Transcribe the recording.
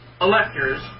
electors